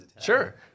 Sure